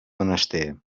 menester